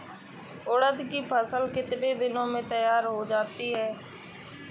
उड़द की फसल कितनी दिनों में तैयार हो जाती है?